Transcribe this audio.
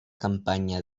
campanya